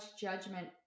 judgment